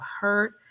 hurt